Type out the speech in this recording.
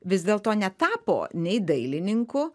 vis dėlto netapo nei dailininku